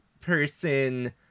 person